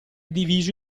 diviso